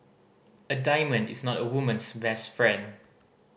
a diamond is not a woman's best friend